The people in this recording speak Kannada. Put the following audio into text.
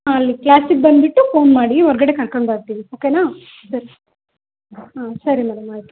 ಹಾಂ ಅಲ್ಲಿ ಕ್ಲಾಸಿಗೆ ಬಂದುಬಿಟ್ಟು ಫೋನ್ ಮಾಡಿ ಹೊರಗಡೆ ಕರ್ಕೊಂಡು ಬರ್ತೀವಿ ಓಕೆನಾ ಸರಿ ಹಾಂ ಸರಿ ಮೇಡಮ್ ಆಯಿತು